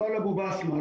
לא לאבו בסמה,